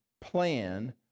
plan